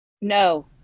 No